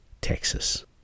Texas